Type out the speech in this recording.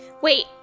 Wait